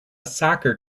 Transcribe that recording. soccer